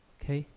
okay,